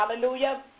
Hallelujah